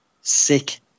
Sick